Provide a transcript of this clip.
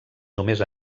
només